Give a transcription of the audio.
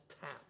tap